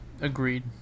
Agreed